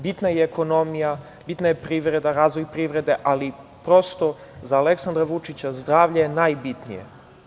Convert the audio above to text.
Bitna je i ekonomija, bitna je privreda, razvoj privrede ali prosto za Aleksandra Vučića zdravlje je najbitnije.